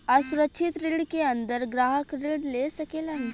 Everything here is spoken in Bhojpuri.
असुरक्षित ऋण के अंदर ग्राहक ऋण ले सकेलन